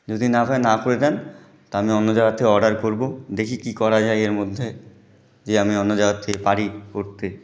যদি না হয় না করে দিন তা আমি অন্য জায়গার থেকে অর্ডার করব দেখি কী করা যায় এর মধ্যে যে আমি অন্য জায়গা থেকে পারি করতে